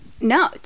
no